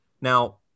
Now